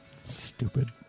Stupid